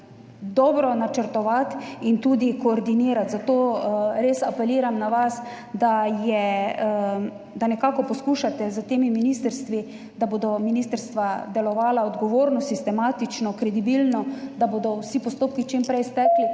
dobro načrtovati in tudi koordinirati. Zato res apeliram na vas, da nekako poskušate s temi ministrstvi, da bodo ministrstva delovala odgovorno, sistematično, kredibilno, da bodo vsi postopki čim prej stekli,